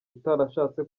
utarashatse